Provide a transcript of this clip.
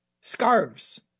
Scarves